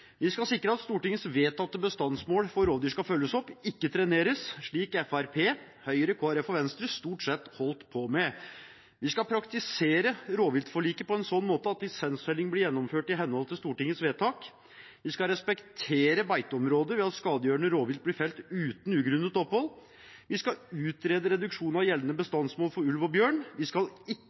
Vi skal sikre at Stortingets vedtatte bestandsmål for rovdyr skal følges opp, ikke treneres, slik Fremskrittspartiet, Høyre, Kristelig Folkeparti og Venstre stort sett holdt på med. Vi skal praktisere rovviltforliket på en sånn måte at lisensfelling blir gjennomført i henhold til Stortingets vedtak. Vi skal respektere beiteområder ved at skadegjørende rovvilt blir felt uten ugrunnet opphold. Vi skal utrede reduksjon av gjeldende bestandsmål for ulv og bjørn. Vi skal ikke